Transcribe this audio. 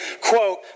quote